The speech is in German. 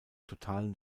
totalen